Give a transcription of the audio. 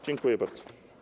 Dziękuję bardzo.